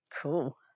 Cool